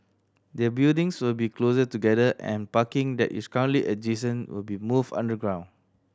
the buildings will be closer together and parking that is currently adjacent will be moved underground